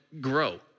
grow